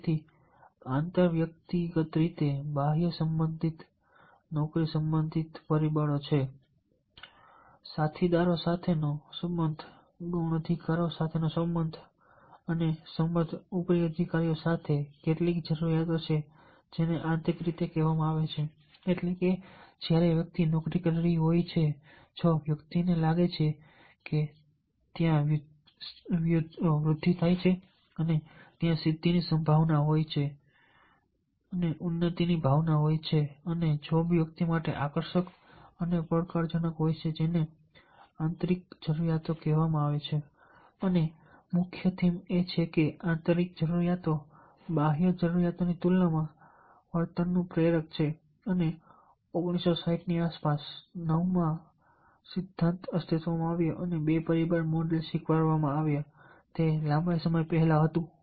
તેથી આંતર વ્યક્તિગત રીતે બાહ્ય સંબંધિત નોકરી સંબંધિત બાહ્ય પરિબળો છે સાથીદારો સાથેનો સંબંધ ગૌણ અધિકારીઓ સાથેનો સંબંધ અને સંબંધ ઉપરી અધિકારીઓ અને કેટલીક જરૂરિયાતો છે જેને આંતરિક કહેવામાં આવે છે એટલે કે જ્યારે વ્યક્તિ નોકરી કરી રહી હોય જો વ્યક્તિને લાગે કે તે વૃદ્ધિ થાય છે ત્યાં સિદ્ધિની ભાવના હોય છે ઉન્નતિની ભાવના હોય છે અને જોબ વ્યક્તિ માટે આકર્ષક અને પડકારજનક હોય છે જેને આંતરિક જરૂરિયાતો કહેવામાં આવે છે અને મુખ્ય થીમ એ છે કે આંતરિક જરૂરિયાતો બાહ્ય જરૂરિયાતોની તુલનામાં વર્તનનું પ્રેરક છે અને 1960 ની આસપાસ નવમાં આ સિદ્ધાંત અસ્તિત્વમાં આવ્યો અને 2 પરિબળ મોડલ સ્વીકારવામાં આવ્યું તે લાંબા સમય પહેલા હતું